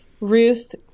Ruth